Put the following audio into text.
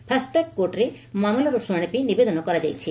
first track କୋର୍ଟରେ ମାମଲାର ଶୁଣାଣି ପାଇଁ ନିବେଦନ କରାଯାଇଛି